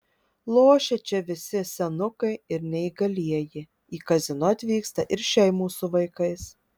lošia čia visi senukai ir neįgalieji į kazino atvyksta ir šeimos su vaikais